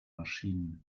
maschinen